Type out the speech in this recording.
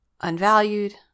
Unvalued